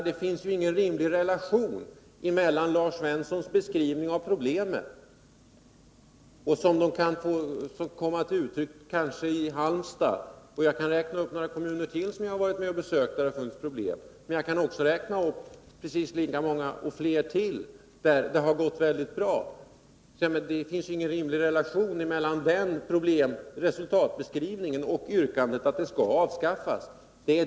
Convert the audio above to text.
Det finns ju ingen rimlig relation mellan Lars Svenssons beskrivning av problemen sådana de kommit till uttryck t.ex. i Halmstad — jag kan räkna upp ytterligare några kommuner där det finns problem och som jag har besökt, men jag kan räkna upp precis lika många och ännu fler där det har gått mycket bra — och yrkandet att yrkesintroduktionen skall avskaffas.